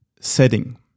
setting